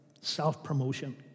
self-promotion